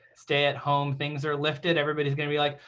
stay-at-home things are lifted. everybody's going to be like,